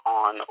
on